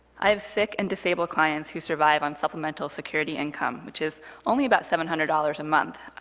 i have sick and disabled clients who survive on supplemental security income, which is only about seven hundred dollars a month,